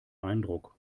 eindruck